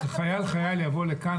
של חלאות המין האנושי,